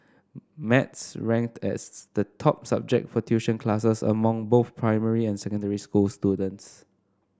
maths ranked as the top subject for tuition classes among both primary and secondary school students